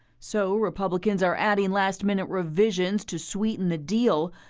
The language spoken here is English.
so republicans are adding last-minute revisions to sweeten the deal.